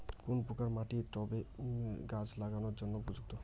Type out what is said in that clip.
কোন প্রকার মাটি টবে গাছ লাগানোর জন্য উপযুক্ত?